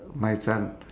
my son